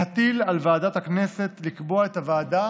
להטיל על ועדת הכנסת לקבוע את הוועדה